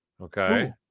Okay